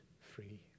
free